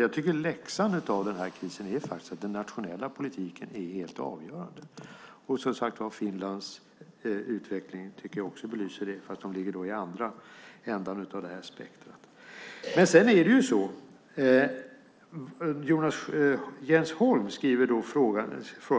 Jag tycker alltså att läxan av den här krisen är att den nationella politiken är helt avgörande. Finlands utveckling belyser också detta, fast de ligger i andra ändan av spektrumet. Jens Holm frågar